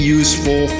useful